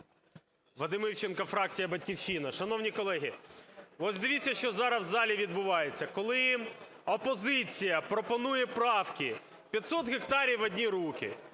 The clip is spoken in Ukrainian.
Вадим Івченко, фракція "Батьківщина". Шановні колеги, ось дивіться, що зараз в залі відбувається. Коли опозиція пропонує правки 500 гектарів в одні руки,